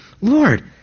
lord